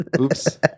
oops